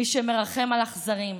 מי שמרחם על אכזרים,